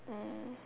mm